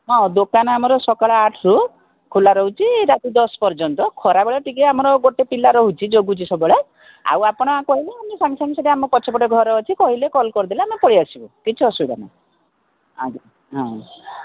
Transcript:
ହଁ ଦୋକାନ ଆମର ସକାଳ ଆଠରୁ ଖୋଲା ରହୁଛି ରାତି ଦଶ ପର୍ଯ୍ୟନ୍ତ ଖରାବେଳ ଟିକେ ଆମର ଗୋଟେ ପିଲା ରହୁଛି ଜଗୁଛି ସବୁବେଳେ ଆଉ ଆପଣ କହିଲେ ଆମେ ସାଙ୍ଗେ ସାଙ୍ଗେ ସେଇଠି ପଛପଟେ ଆମ ଘର ଅଛି କହିଲେ କଲ୍ କରିଦେଲେ ଆମେ ପଳାଇ ଆସିବୁ କିଛି ଅସୁବିଧା ନାହିଁ ଆଜ୍ଞା ହଁ